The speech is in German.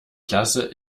klasse